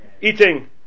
eating